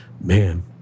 Man